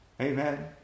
Amen